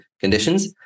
conditions